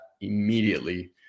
immediately